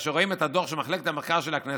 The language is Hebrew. כאשר רואים את הדוח של מחלקת המחקר של הכנסת,